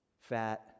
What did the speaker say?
fat